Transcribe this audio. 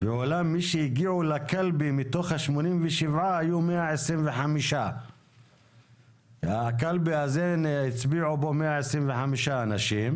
ואולם מי שהגיעו לקלפי מתוך ה-87 היו 125. בקלפי הזה הצביעו 125 אנשים.